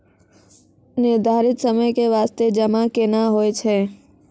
निर्धारित समय के बास्ते जमा केना होय छै?